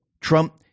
Trump